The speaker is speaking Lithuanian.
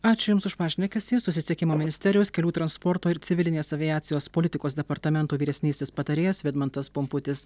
ačiū jums už pašnekesį susisiekimo ministerijos kelių transporto ir civilinės aviacijos politikos departamento vyresnysis patarėjas vidmantas pumputis